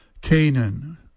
Canaan